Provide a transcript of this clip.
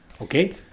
Okay